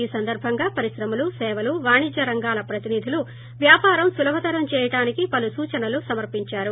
ఈ సందర్బంగా పరిశ్రమలు సేవలు వాణిజ్య రంగాల ప్రతినిధులు వ్యాపారం సులభతరం చేయడానికి పలు సూచనలు సమర్పించారు